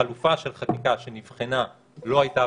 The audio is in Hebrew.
החלופה של חקיקה שנבחנה לא הייתה,